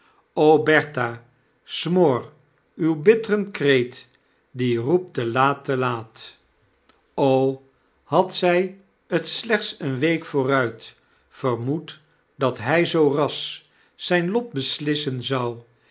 smoor uw bittren kreet die roept t e laat te laat had zg t slechts een week vooruit vermoed dat hy zoo ras zyn lot beslissen zou